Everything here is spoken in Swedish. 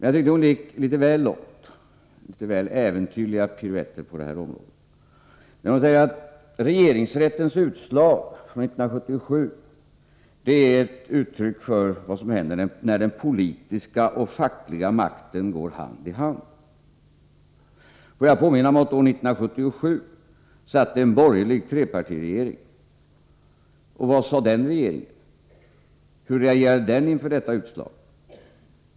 Jag tyckte dock att Sonja Rembo gick litet väl långt och gjorde litet väl äventyrliga piruetter på detta område, när hon sade att regeringsrättens utslag från 1977 är ett uttryck för vad som händer när den politiska och fackliga makten går hand i hand. Får jag påminna om att det år 1977 satt en borgerlig trepartiregering. Vad sade den regeringen? Hur reagerade den inför detta utslag?